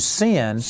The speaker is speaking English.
sin